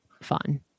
fun